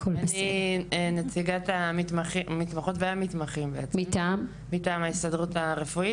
אני נציגת המתמחות והמתמחים מטעם ההסתדרות הרפואית.